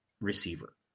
receiver